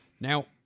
Now